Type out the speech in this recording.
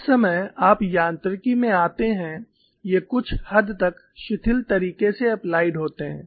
जिस समय आप यांत्रिकी में आते हैं ये कुछ हद तक शिथिल तरीके से एप्लाइड होते हैं